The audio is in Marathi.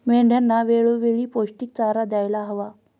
मेंढ्यांना वेळोवेळी पौष्टिक चारा द्यायला हवा